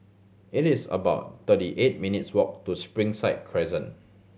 it is about thirty eight minutes' walk to Springside Crescent